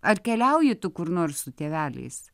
ar keliauji tu kur nors su tėveliais